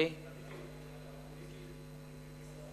שישה